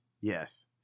Yes